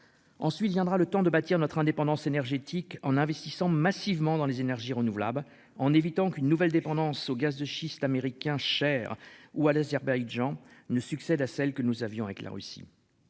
Ensuite viendra le temps de bâtir notre indépendance énergétique. En investissant massivement dans les énergies renouvelables en évitant qu'une nouvelle dépendance au gaz de schiste américain cher ou à l'Azerbaïdjan ne succède à celle que nous avions avec la Russie.